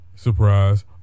Surprise